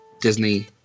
Disney